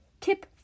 Tip